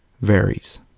varies